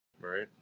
Right